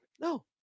no